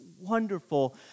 wonderful